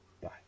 bye